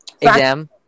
exam